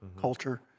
culture